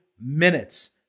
minutes